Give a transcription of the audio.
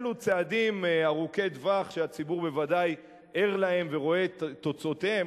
אלו צעדים ארוכי טווח שהציבור בוודאי ער להם ורואה את תוצאותיהם.